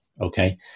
okay